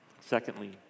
Secondly